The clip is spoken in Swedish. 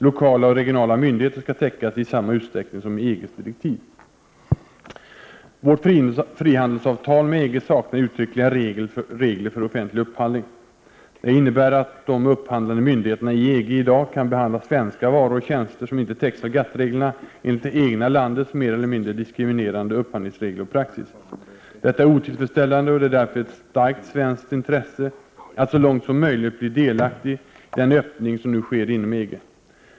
Lokala och regionala myndigheter skall täckas i samma utsträckning som i EG:s direktiv. Vårt frihandelsavtal med EG saknar uttryckliga regler för offentlig upphandling. Detta innebär att de upphandlande myndigheterna i EG i dag kan behandla svenska varor och tjänster, som inte täcks av GATT-reglerna, enligt det egna landets mer eller mindre diskriminerande upphandlingsregler och praxis. Detta är otillfredsställande, och det är därför ett starkt svenskt intresse att så långt som möjligt bli delaktiga i den öppning som nu sker inom EG.